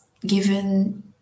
given